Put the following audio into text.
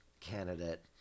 candidate